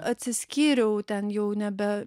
atsiskyriau ten jau nebe